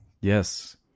Yes